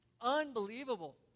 Unbelievable